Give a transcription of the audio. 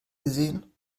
gesehen